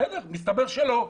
בסדר, אבל מסתבר שלא.